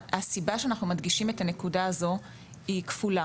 הסיבה שאנחנו מדגישים את הנקודה הזאת היא כפולה